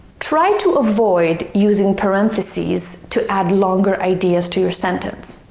try to avoid using parentheses to add longer ideas to your sentence.